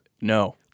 No